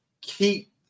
keep –